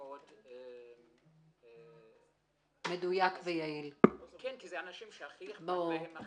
מאוד-מאוד מדויק ויעיל, כי זה אנשים שהכי יודעים.